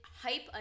hype